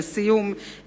לסיום,